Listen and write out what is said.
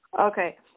Okay